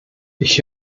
ich